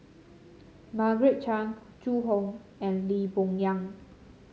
Margaret Chan Zhu Hong and Lee Boon Yang